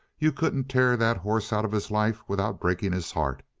you couldn't tear that horse out of his life without breaking his heart.